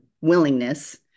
willingness